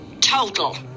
Total